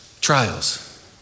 Trials